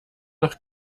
doch